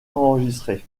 enregistrées